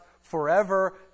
forever